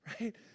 right